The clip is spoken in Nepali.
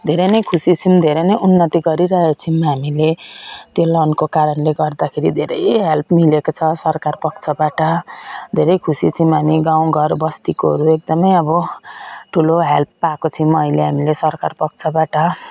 धेरै नै खुसी छौँ धेरै नै उन्नति गरिरहेको छौँ हामीले त्यो लोनको कारणले गर्दाखेरि धेरै हेल्प मिलेको छ सरकार पक्षबाट धेरै खुसी छौँ हामी गाउँ घर बस्तीकोहरू एकदमै अब ठुलो हेल्प पाएको छौँ अहिले हामीले सरकार पक्षबाट